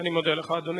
אני מודה לך, אדוני.